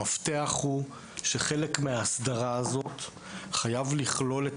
המפתח הוא שחלק מההסדרה הזאת חייב לכלול את